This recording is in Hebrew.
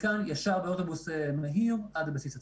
מכאן ישר באוטובוס מהיר עד הבסיס עצמו.